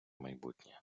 майбутнє